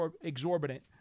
exorbitant